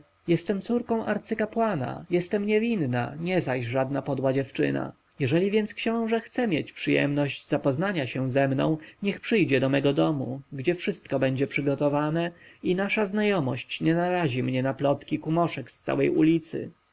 jestem córką arcykapłana jestem niewinna nie zaś żadna podła dziewczyna jeżeli więc książę chce mieć przyjemność zapoznania się ze mną niech przyjdzie do niego domu gdzie wszystko będzie przygotowane i nasza znajomość nie narazi mnie na plotki kumoszek z całej ulicy